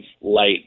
light